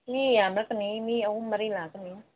ꯃꯤ ꯌꯥꯝꯂꯛꯀꯅꯤ ꯃꯤ ꯑꯍꯨꯝ ꯃꯔꯤ ꯂꯥꯛꯀꯅꯤ